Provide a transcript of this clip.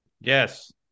Yes